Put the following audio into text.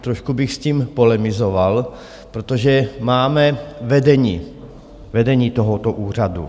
Trošku bych s tím polemizoval, protože máme vedení tohoto úřadu.